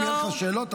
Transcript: אם יהיו לך שאלות,